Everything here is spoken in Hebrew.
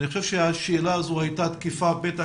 המאוד חשובים שהוועדה הזו חוקקה לפני